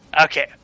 Okay